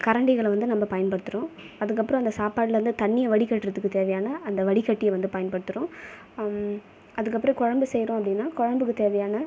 கரண்டிகளை வந்து நம்ம பயன்படுத்துகிறோம் அதுக்கப்புறம் அந்த சாப்பாடுலேருந்து தண்ணியை வடிகட்டுகிறதுக்குத் தேவையான அந்த வடிகட்டியை வந்து பயன்படுத்துகிறோம் அதுக்கப்புறம் குழம்பு செய்கிறோம் அப்படின்னால் குழம்புக்குத் தேவையான